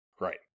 Right